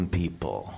people